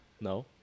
No